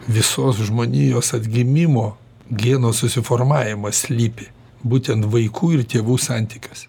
visos žmonijos atgimimo geno susiformavimas slypi būtent vaikų ir tėvų santykiuose